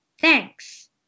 Thanks